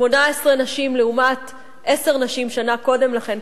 18 נשים לעומת עשר נשים שנה קודם לכן,